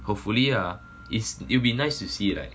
hopefully ah is it'll be nice to see like